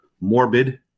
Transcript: morbid